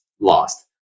lost